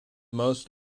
most